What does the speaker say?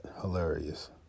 hilarious